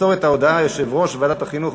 ימסור את ההודעה יושב-ראש ועדת החינוך,